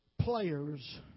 players